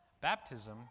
baptism